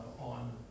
on